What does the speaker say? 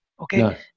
Okay